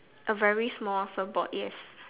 A very small surfboard yes